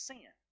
Sin